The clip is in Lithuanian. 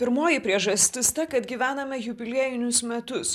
pirmoji priežastis ta kad gyvename jubiliejinius metus